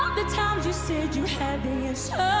um the times you said you had the and so